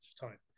time